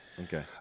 Okay